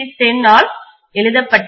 சென் ஆல் எழுதப்பட்டது